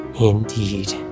Indeed